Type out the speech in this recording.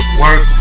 work